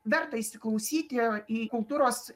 verta įsiklausyti į kultūros